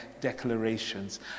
declarations